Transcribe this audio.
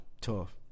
Tough